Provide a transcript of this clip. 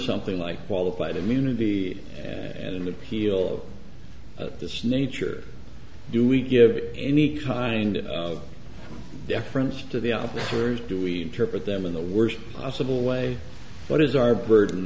something like qualified immunity and appeal of this nature do we give any kind of deference to the officers dewey interpret them in the worst possible way what is our burden